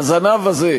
הזנב הזה,